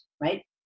right